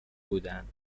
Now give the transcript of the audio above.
بودند